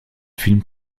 fil